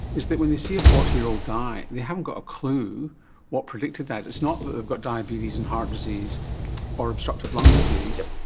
is that when they see a forty year old die, they haven't got a clue what predicted that. it's not that they've got diabetes and heart disease or obstructive lung disease,